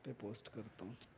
پہ پوسٹ کرتا ہوں